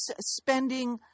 spending